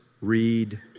read